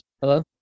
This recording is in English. Hello